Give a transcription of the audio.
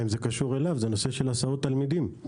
וזה נושא של הסעות תלמידים.